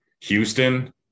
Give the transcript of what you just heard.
Houston